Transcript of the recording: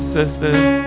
sisters